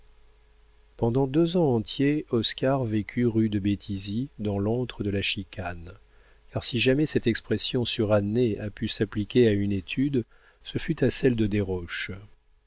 pendant deux ans entiers oscar vécut rue de béthisy dans l'antre de la chicane car si jamais cette expression surannée a pu s'appliquer à une étude ce fut à celle de desroches